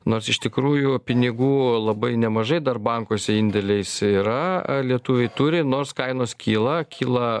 nors iš tikrųjų pinigų labai nemažai dar bankuose indėliais yra lietuviai turi nors kainos kyla kyla